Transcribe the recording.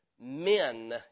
men